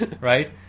Right